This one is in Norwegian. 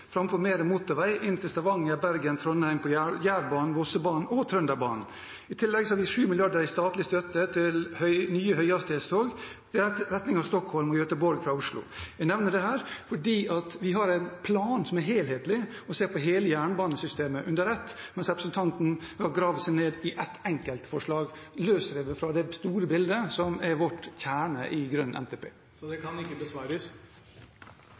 framfor mer motorvei inn til Stavanger, Bergen, Trondheim – på Jærbanen, Vossebanen og Trønderbanen. I tillegg har vi 7 mrd. kr i statlig støtte til nye høyhastighetstog i retning Stockholm og Göteborg fra Oslo. Jeg nevner dette fordi vi har en plan som er helhetlig og ser på hele jernbanesystemet under ett, mens representanten har gravd seg ned i ett enkeltforslag, løsrevet fra det store bildet, som er vår kjerne i «GrønNTP». For meg virker forslaget fra Miljøpartiet De Grønne ganske vilt. Jeg hører argumentasjonen, og det